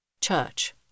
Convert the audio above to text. Church